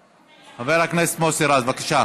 רז, בבקשה.